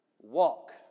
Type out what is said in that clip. walk